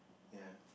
ya